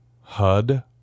Hud